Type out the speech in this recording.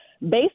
based